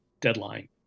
deadline